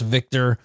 Victor